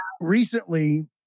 recently